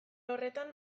horretan